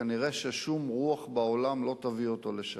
כנראה שום רוח בעולם לא תביא אותו לשם.